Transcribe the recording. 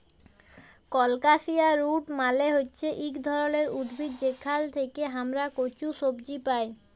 colocasia root মালে হচ্যে ইক ধরলের উদ্ভিদ যেখাল থেক্যে হামরা কচু সবজি পাই